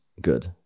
good